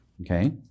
Okay